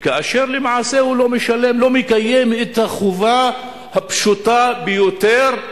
כאשר למעשה הוא לא מקיים את החובה הפשוטה ביותר,